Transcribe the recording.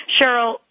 Cheryl